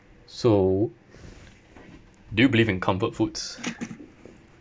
so do you believe in comfort foods